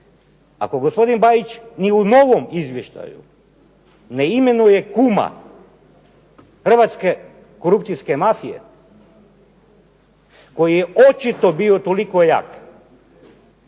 Ako gospodin Bajić ni u novom izvještaju ne imenuje kuma hrvatske korupcijske mafije koji je očito bio toliko jak